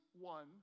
one